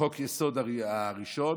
חוק-היסוד הראשון